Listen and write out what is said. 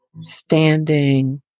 Standing